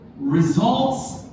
results